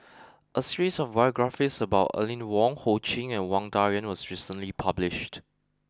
a series of biographies about Aline Wong Ho Ching and Wang Dayuan was recently published